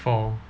four